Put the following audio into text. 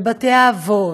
ובתי האבות,